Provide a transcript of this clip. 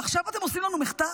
עכשיו אתם עושים לנו מחטף